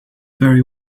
very